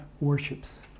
worships